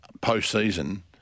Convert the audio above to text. post-season